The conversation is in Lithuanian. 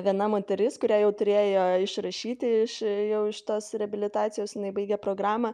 viena moteris kurią jau turėjo išrašyti iš jau iš tos reabilitacijos jinai baigė programą